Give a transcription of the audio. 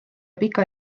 pika